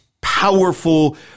powerful